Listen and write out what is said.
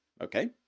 Okay